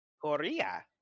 Korea